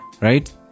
Right